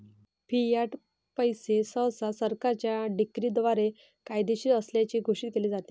Fiat पैसे सहसा सरकारच्या डिक्रीद्वारे कायदेशीर असल्याचे घोषित केले जाते